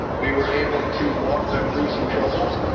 we were able to walk them through some trouble.